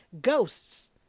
ghosts